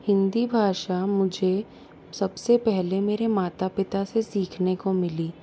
हिंदी भाषा मुझे सबसे पहले मेरे माता पिता से सीखने को मिली